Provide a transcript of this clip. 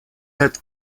had